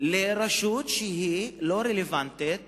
לרשות לא רלוונטית,